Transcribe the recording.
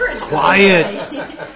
Quiet